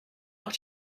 auch